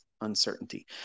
uncertainty